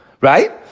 right